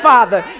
Father